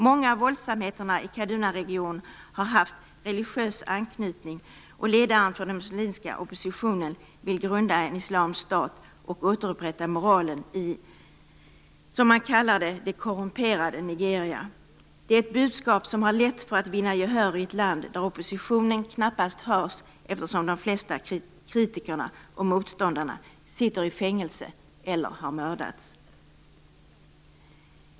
Många av våldsamheterna i Kadunaregionen har haft religiös anknytning, och ledaren för den muslimska oppositionen vill grunda en islamisk stat och återupprätta moralen i det som man kallar det korrumperade Nigeria. Det är ett budskap som har lätt för att vinna gehör i ett land där oppositionen knappast hörs eftersom de flesta kritikerna och motståndarna sitter i fängelse eller har mördats.